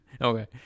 Okay